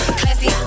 classy